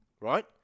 right